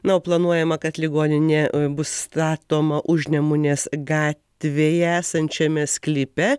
na o planuojama kad ligoninė bus statoma užnemunės gatvėje esančiame sklype